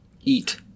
Eat